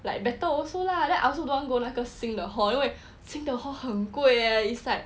like better also lah then I also don't want go 那个新的 hall 因为新的 hall 很贵 leh it's like